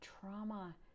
trauma